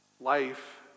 life